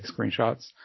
screenshots